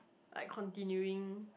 like continuing